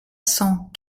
cent